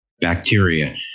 bacteria